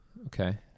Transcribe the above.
Okay